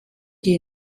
die